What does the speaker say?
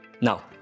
now